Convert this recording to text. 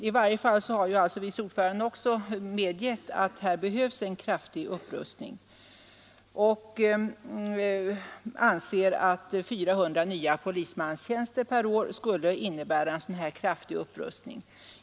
I varje fall har vice ordföranden också medgett att här behövs en kraftig upprustning, och hon anser att 400 nya polismanstjänster per år skulle innebära en sådan kraftig upprustning.